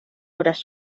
obras